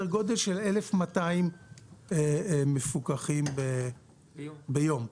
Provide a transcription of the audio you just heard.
1,200 מפוקחים ביום.